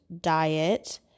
diet